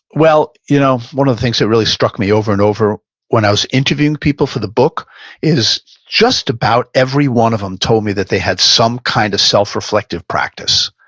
well, you know one of the things that really struck me over and over when i was interviewing people for the book is just about every one of them told me that they had some kind of self reflective practice.